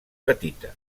petita